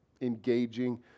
engaging